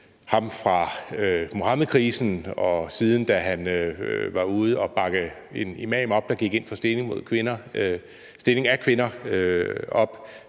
sammen fra Mohammedkrisen, og da han siden hen var ude at bakke en imam op, der gik ind for stening af kvinder –